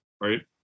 Right